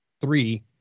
three